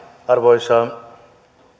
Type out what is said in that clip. arvoisa